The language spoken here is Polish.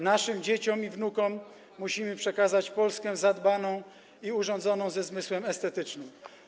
Naszym dzieciom i wnukom musimy przekazać Polskę zadbaną i urządzoną ze zmysłem estetycznym.